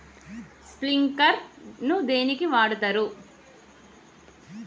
Sprinkler ను దేనికి వాడుతరు?